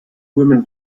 women